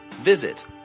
Visit